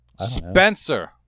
Spencer